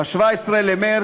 ב-17 במרס,